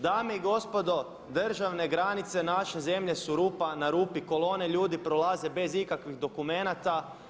Dame i gospodo državne granice naše zemlje su rupa na rupi, kolone ljudi prolaze bez ikakvih dokumenata.